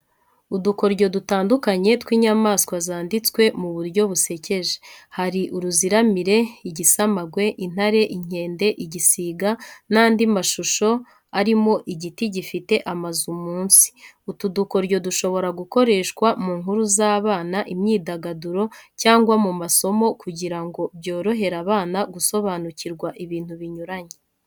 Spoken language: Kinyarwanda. Udukoryo dutandukanye tw’inyamaswa zanditswe mu buryo busekeje. Hari uruziramire, igisamagwe, intare, inkende, igisiga, n’andi mashusho arimo igiti gifite amazu munsi. Utu dukoryo dushobora gukoreshwa mu nkuru z’abana, imyidagaduro cyangwa mu masomo kugira ngo byorohere abana gusobanukirwa ibintu binyuranye.